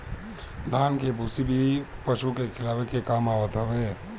धान के भूसी भी पशु के खियावे के काम आवत हवे